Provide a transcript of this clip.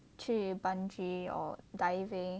去 bungee or diving